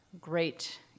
great